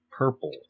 Purple